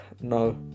no